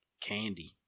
candy